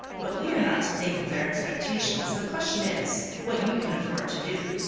but we are not to think of their expectations the question is, what you can afford to do.